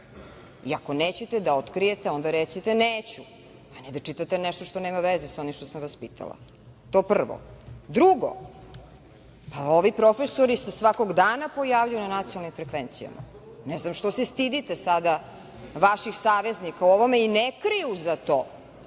iako nećete da otkrijete, onda recite neću, a ne da čitate nešto što nema veze sa onim što sam vas pitala. To prvo. Drugo, pa ovi profesori se svakog dana pojavljuju na nacionalnim frekvencijama, ne znam što se stidite sada vaših saveznika u ovome i ne kriju za to